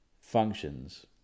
functions